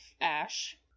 ash